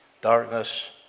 darkness